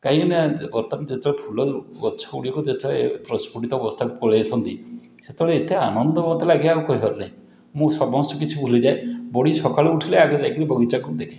କାଇଁକିନା ବର୍ତ୍ତମାନ ଯେତେ ଫୁଲଗଛ ଗୁଡ଼ିକ ଯେତେବେଳେ ପ୍ରସ୍ଫୁଟିତ ଅବସ୍ଥାକୁ ପଳେଇଆସନ୍ତି ସେତେବେଳେ ଏତେ ମୋତେ ଆନନ୍ଦଲାଗେ ମୋତେ ଆଉ କହିବାରନାହିଁ ମୁଁ ସମସ୍ତ କିଛି ଭୁଲିଯାଏ ବଡ଼ି ସକାଳୁ ଆଗେ ଉଠିଲେ ଆଗ ଯାଇକି ବଗିଚାକୁ ଦେଖେ